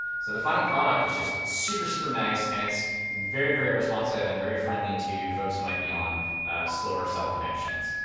so the final product is just super, super nice, and it's very, very responsive and very friendly to folks who might be on slower cell connections.